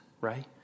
right